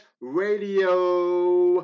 Radio